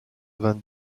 vingt